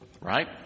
right